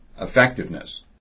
Effectiveness